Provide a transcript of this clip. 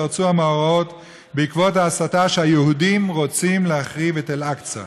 פרצו המאורעות בעקבות ההסתה שהיהודים רוצים להחריב את אל-אקצא.